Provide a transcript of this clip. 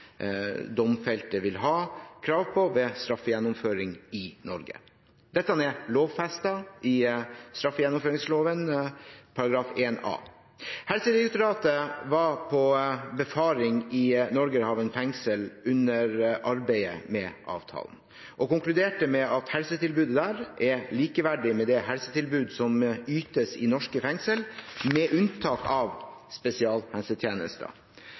domfelte vil ha krav på ved straffegjennomføring i Norge. Dette er lovfestet i straffegjennomføringsloven § 1 a. Helsedirektoratet var på befaring i Norgerhaven fengsel under arbeidet med avtalen og konkluderte med at helsetilbudet der er likeverdig med det helsetilbud som ytes i norske fengsler, med unntak av spesialhelsetjenester.